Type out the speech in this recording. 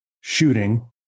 shooting